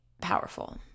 powerful